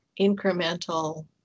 incremental